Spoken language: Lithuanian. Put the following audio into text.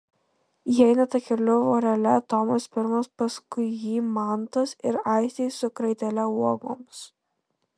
jie eina takeliu vorele tomas pirmas paskui jį mantas ir aistė su kraitele uogoms